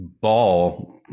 ball